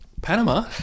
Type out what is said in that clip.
Panama